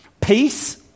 Peace